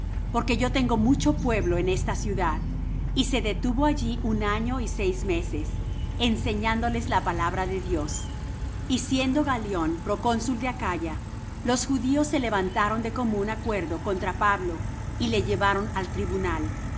porque yo tengo mucho pueblo en esta ciudad y se detuvo allí un año y seis meses enseñándoles la palabra de dios y siendo galión procónsul de acaya los judíos se levantaron de común acuerdo contra pablo y le llevaron al tribunal